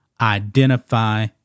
Identify